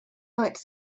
liked